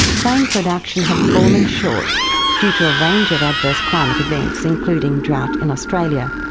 grain production had fallen short due to a range of adverse climate events, including drought in australia,